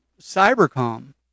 Cybercom